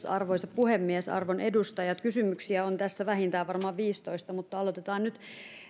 arvoisa puhemies arvon edustajat kysymyksiä on tässä vähintään varmaan viisitoista mutta aloitetaan nyt